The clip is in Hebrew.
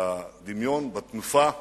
בדמיון, בתנופה וברצון,